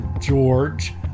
George